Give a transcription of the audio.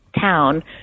town